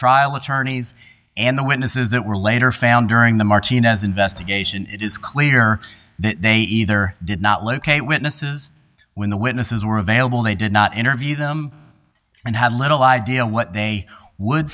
trial attorneys and the witnesses that were later found during the martinez investigation it is clear they either did not locate witnesses when the witnesses were available they did not interview them and had little idea what they would